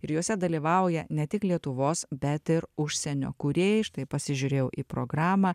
ir juose dalyvauja ne tik lietuvos bet ir užsienio kūrėjai štai pasižiūrėjau į programą